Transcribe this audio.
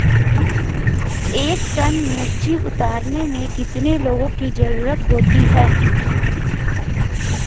एक टन मिर्ची उतारने में कितने लोगों की ज़रुरत होती है?